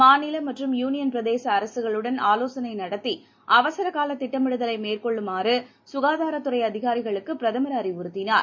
மாநிலமற்றும் யூனியன்பிரதேசஅரசுகளுடன் ஆலோசனைநடத்திஅவசரகாலதிட்டமிடலைமேற்கொள்ளுமாறுசுகாதாரத்துறை அதிகாரிகளுக்குபிரதமர் அறிவுறுத்தினார்